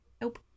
Nope